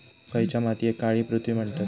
खयच्या मातीयेक काळी पृथ्वी म्हणतत?